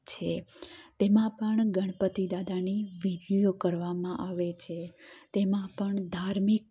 છે તેમાં પણ ગણપતિ દાદાની વિધિઓ કરવામાં આવે છે તેમાં પણ ધાર્મિક